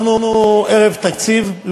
אנחנו ערב תקציב.